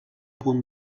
punt